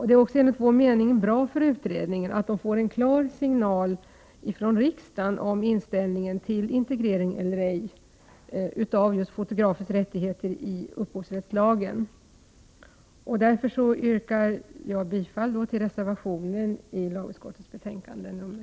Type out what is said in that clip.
Det är också enligt vår mening bra för utredningen att den får en klar signal från riksdagen om inställningen till integrering av just fotografers rättigheter i upphovsrättslagen. Därför yrkar jag bifall till reservationen till lagutskottets betänkande nr 26.